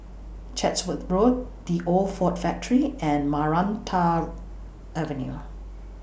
Chatsworth Road The Old Ford Factory and Maranta Avenue